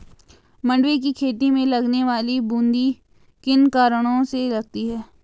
मंडुवे की खेती में लगने वाली बूंदी किन कारणों से लगती है?